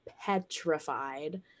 petrified